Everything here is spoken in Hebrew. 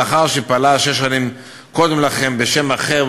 לאחר שפעלה שש שנים קודם לכן בשם אחר,